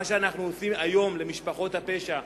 מה שאנחנו עושים היום למשפחות פשע,